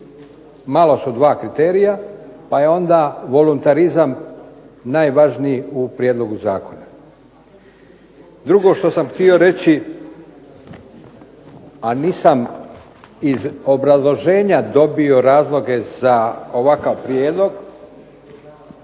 Malo su dva kriterija pa je onda voluntarizam najvažniji u prijedlogu zakona. Drugo što sam htio reći, a nisam iz obrazloženja dobio razloge za ovakav prijedlog,